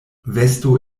vesto